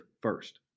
first